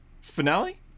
finale